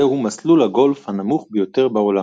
זהו מסלול הגולף הנמוך ביותר בעולם.